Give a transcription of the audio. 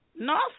No